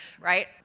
right